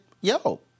yo